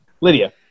Lydia